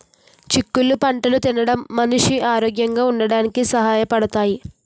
చిక్కుళ్ళు పంటలు తినడం మనిషి ఆరోగ్యంగా ఉంచడానికి సహాయ పడతాయి